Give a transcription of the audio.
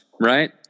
right